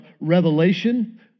Revelation